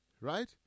right